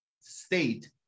state